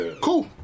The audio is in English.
Cool